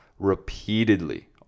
repeatedly